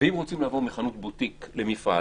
אם רוצים לעבור מחנות בוטיק למפעל